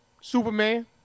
Superman